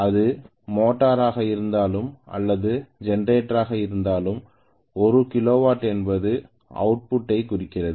அது மோட்டர் ஆக இருந்தாலும் அல்லது ஜெனரேட்டர் ஆக இருந்தாலும் ஒரு கிலோவாட் என்பது அவுட்புட்டை குறிக்கிறது